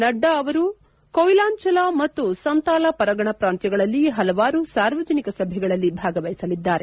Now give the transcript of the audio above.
ನಡ್ಡಾ ಅವರು ಕೊಯ್ಲಾಂಚಲ ಮತ್ತು ಸಂತಾಲ ಪರಗಣ ಪ್ರಾಂತ್ನಗಳಲ್ಲಿ ಹಲವಾರು ಸಾರ್ವಜನಿಕ ಸಭೆಗಳಲ್ಲಿ ಭಾಗವಹಿಸಲಿದ್ದಾರೆ